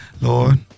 Lord